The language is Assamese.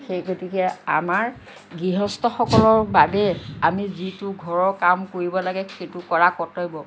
সেই গতিকে আমাৰ গৃহস্থসকলৰ বাবে আমি যিটো ঘৰৰ কাম কৰিব লাগে সেইটো কৰা কৰ্তব্য